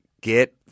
get